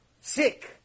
Sick